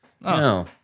no